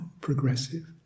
progressive